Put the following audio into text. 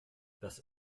das